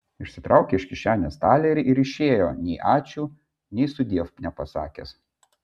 išsitraukė iš kišenės talerį ir išėjo nei ačiū nei sudiev nepasakęs